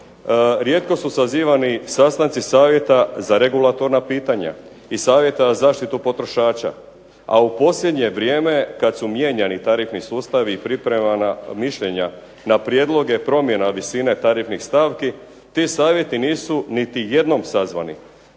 rijetko su sazivani sastanci savjeta za regulatorna pitanja i savjeta za zaštitu potrošača, a u posljednje vrijeme kad su mijenjani tarifni sustavi i pripremana mišljenja na prijedloge promjena visine tarifnih stavki, ti savjeti nisu niti jednom sazvani.